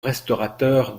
restaurateur